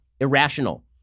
irrational